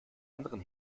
anderen